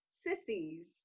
sissies